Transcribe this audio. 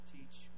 Teach